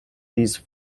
these